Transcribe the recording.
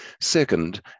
Second